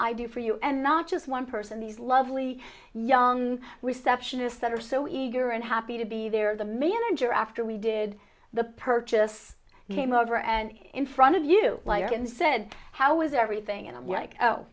i do for you and not just one person these lovely young receptionists that are so eager and happy to be there the manager after we did the purchase came over and in front of you like and said how is everything and i'm like